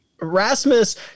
Rasmus